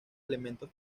elementos